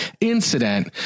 incident